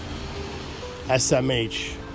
SMH